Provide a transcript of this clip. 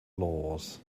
laws